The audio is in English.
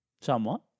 Somewhat